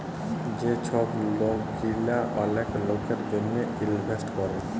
যে ছব লক গিলা অল্য লকের জ্যনহে ইলভেস্ট ক্যরে